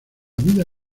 vida